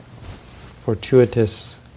fortuitous